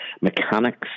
mechanics